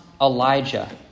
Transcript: Elijah